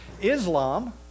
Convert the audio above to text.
Islam